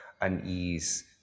unease